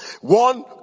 one